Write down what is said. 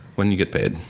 when you get paid.